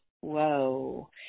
Whoa